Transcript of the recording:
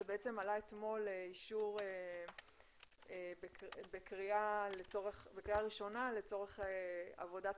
זה בעצם עלה אתמול לאישור בקריאה ראשונה לצורך עבודת